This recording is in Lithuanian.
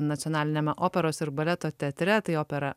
nacionaliniame operos ir baleto teatre tai opera